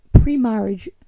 pre-marriage